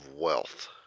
wealth